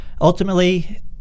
ultimately